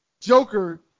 Joker